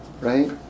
Right